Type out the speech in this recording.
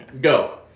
Go